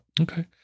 Okay